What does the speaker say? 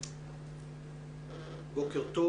- בוקר טוב